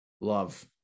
Love